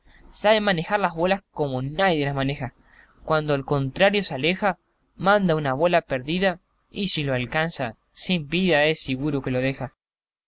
sabe manejar las bolas como naides las maneja cuanto el contrario se aleja manda una bola perdida y si lo alcanza sin vida es siguro que lo deja